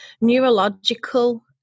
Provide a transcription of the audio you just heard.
neurological